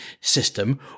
system